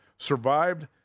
survived